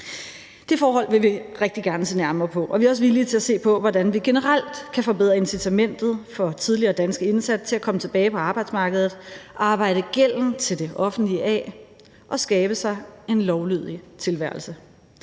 Det forhold vil vi rigtig gerne se nærmere på. Vi er også villige til at se på, hvordan vi generelt kan forbedre incitamentet for tidligere danske indsatte til at komme tilbage på arbejdsmarkedet og arbejde gælden til det offentlige af og skabe sig en lovlydig tilværelse.